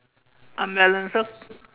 a melon so